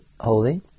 holy